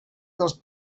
dels